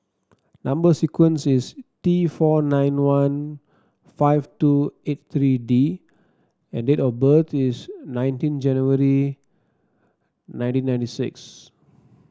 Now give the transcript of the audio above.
number sequence is T four nine one five two eight three D and date of birth is nineteen January nineteen ninety six